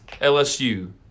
LSU